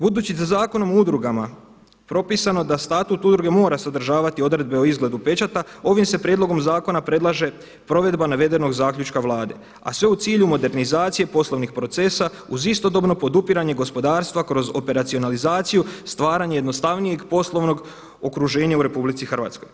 Budući da Zakonom o udrugama propisano da Statut udruge mora sadržavati odredbe o izgledu pečata ovim se prijedlogom zakona predlaže provedba navedenog zaključka Vlade, a sve u cilju modernizacije poslovnih procesa uz istodobno podupiranje gospodarstva kroz operacionalizaciju, stvaranje jednostavnijeg poslovnog okruženja u RH.